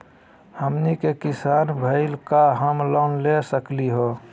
हमनी के किसान भईल, का हम लोन ले सकली हो?